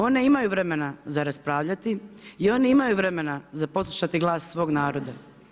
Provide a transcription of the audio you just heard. One imaju vremena za raspravljati i oni imaju vremena za poslušati glas svog naroda.